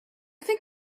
think